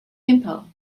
gimpo